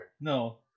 No